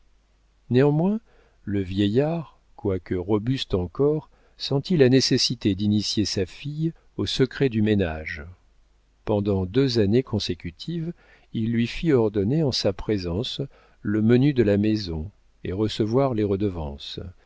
néanmoins le vieillard quoique robuste encore sentit la nécessité d'initier sa fille aux secrets du ménage pendant deux années consécutives il lui fit ordonner en sa présence le menu de la maison et recevoir les redevances